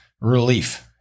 relief